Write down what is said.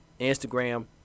Instagram